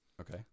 Okay